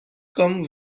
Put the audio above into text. come